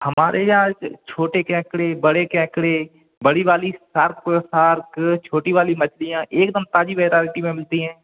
हमारे यहाँ छोटे केकड़े बड़े केकड़े बड़ी वाली सार्क सार्क छोटी वाली मछलियाँ एक दम ताज़ी वैराइटी में मिलती हैं